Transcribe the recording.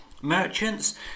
Merchants